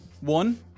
one